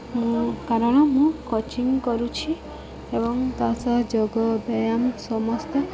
ମୁଁ କାରଣ ମୁଁ କୋଚିଙ୍ଗ୍ କରୁଛି ଏବଂ ତା'ସହ ଯୋଗ ବ୍ୟାୟାମ ସମସ୍ତ